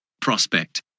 prospect